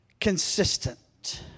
consistent